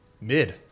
Mid